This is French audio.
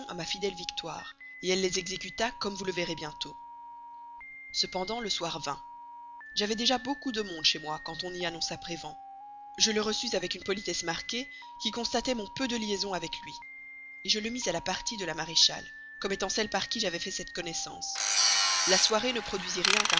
ma fidèle victoire elle les exécuta comme vous allez voir cependant le soir vint j'avais déjà beaucoup de monde chez moi quand on y annonça prévan je le reçus avec une politesse marquée qui constatait mon peu de liaison avec lui je le mis à la partie de la maréchale comme étant celle par qui j'avais fait cette connaissance la soirée ne produisit rien